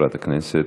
חברת הכנסת.